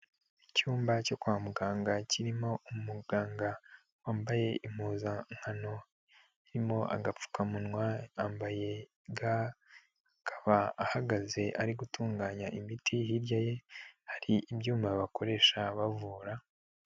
Icyumba cyo kwa muganga kirimo umuganga wambaye impuzankano, irimo agapfukamunwa yambaye Ga, akaba ahagaze ari gutunganya imiti, hirya ye hari ibyuma bakoresha bavura.